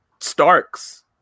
Starks